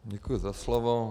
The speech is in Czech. Děkuji za slovo.